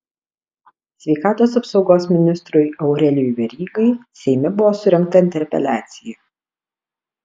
sveikatos apsaugos ministrui aurelijui verygai seime buvo surengta interpeliacija